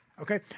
Okay